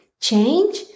change